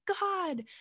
god